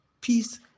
peace